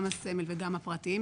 גם הסמל וגם הפרטיים,